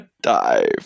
Dive